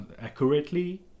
accurately